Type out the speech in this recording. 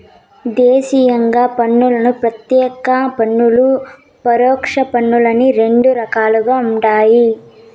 దేశీయంగా పన్నులను ప్రత్యేక పన్నులు, పరోక్ష పన్నులని రెండు రకాలుండాయి